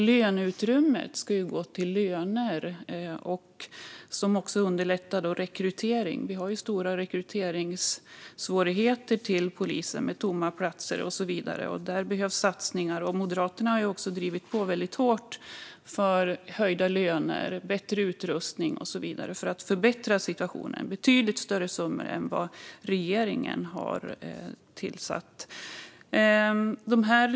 Löneutrymmet ska ju gå till löner, vilket också underlättar rekrytering - vi har stora rekryteringssvårigheter inom polisen, med tomma platser och så vidare, och där behövs satsningar. Moderaterna har drivit på väldigt hårt för höjda löner, bättre utrustning och så vidare för att förbättra situationen. Det är betydligt större summor än vad regeringen har tillfört.